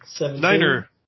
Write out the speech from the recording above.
Niner